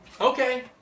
okay